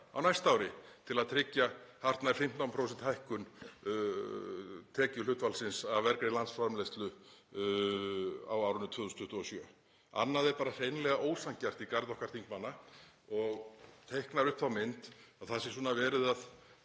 á næsta ári til að tryggja hartnær 15% hækkun tekjuhlutfallsins af vergri landsframleiðslu á árinu 2027. Annað er hreinlega ósanngjarnt í garð okkar þingmanna og teiknar upp þá mynd að það sé verið að